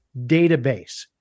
database